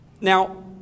now